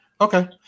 Okay